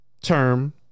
term